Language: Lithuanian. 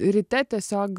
ryte tiesiog